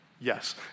Yes